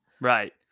right